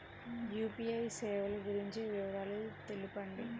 UPI సేవలు గురించి వివరాలు తెలుపండి?